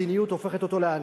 מדיניות הופכת אותו לעני.